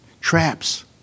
traps